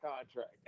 contract